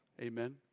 Amen